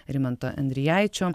rimanto endrijaičio